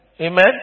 Amen